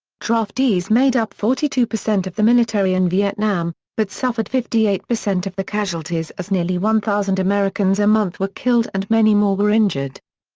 draftees made up forty two percent of the military in vietnam, but suffered fifty eight percent of the casualties as nearly one thousand americans a month were killed and many more were injured.